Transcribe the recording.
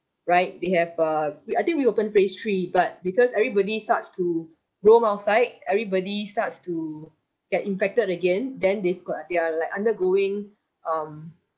right they have uh I think reopened phase three but because everybody starts to roam outside everybody starts to get infected again then they've got uh they're like undergoing um